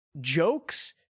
jokes